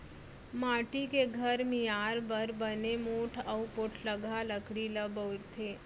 माटी के घर मियार बर बने मोठ अउ पोठलगहा लकड़ी ल बउरथे